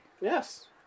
Yes